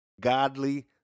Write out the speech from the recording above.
godly